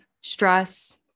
stress